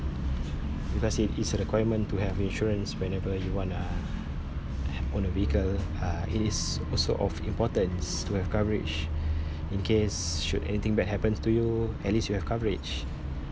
because it is a requirement to have insurance whenever you want uh own a vehicle uh it is also of importance to have coverage in case should anything bad happens to you at least you have coverage